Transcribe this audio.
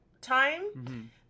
time